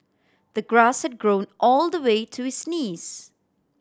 the grass had grown all the way to his knees